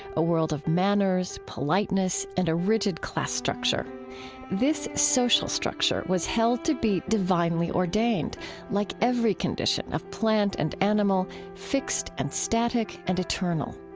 a world of manners, politeness, and a rigid class structure this social structure was held to be divinely ordained like every condition of plant and animal, fixed and static and eternal.